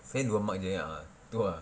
sekali dua mark jer eh ah tu ah